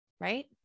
right